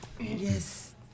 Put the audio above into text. Yes